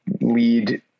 lead